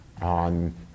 on